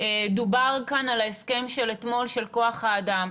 דובר כאן על ההסכם של אתמול של כוח האדם,